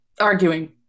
Arguing